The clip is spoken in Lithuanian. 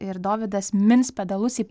ir dovydas mins pedalus į